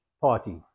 party